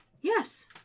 yes